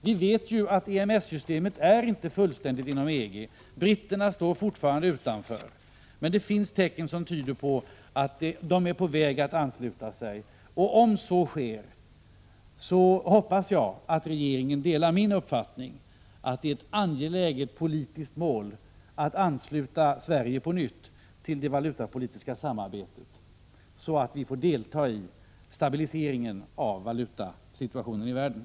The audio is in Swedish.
Vi vet ju att EMS-systemet inte är fullkomligt inom EG -— britterna står fortfarande utanför. Men det finns tecken som tyder på att de är på väg att ansluta sig. Om så sker hoppas jag att regeringen delar min uppfattning att det är ett angeläget politiskt mål att ansluta Sverige på nytt till det valutapolitiska samarbetet, så att vi får delta i stabiliseringen av valutasituationen i världen.